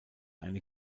eine